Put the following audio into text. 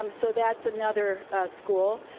um so that's another school.